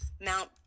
mount